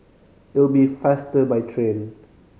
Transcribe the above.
it'll be faster by train